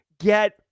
get